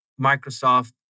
Microsoft